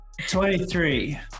23